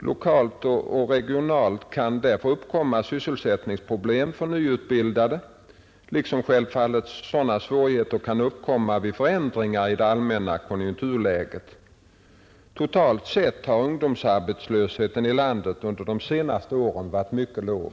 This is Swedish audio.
Lokalt och regionalt kan därför uppkomma sysselsättningsproblem för nyutbildade liksom självfallet sådana svårigheter kan uppkomma vid förändringar i det allmänna konjunkturläget. Totalt sett har ungdomsarbetslösheten i landet under senare år varit mycket låg.